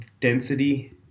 density